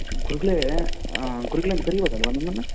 ಗುರ್ಗಳೇ ಗುರ್ಗಳೇ ಅಂತ ಕರೀಬೌದಲ್ವಾ ನಿಮ್ಮನ್ನು